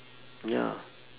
ya